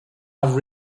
have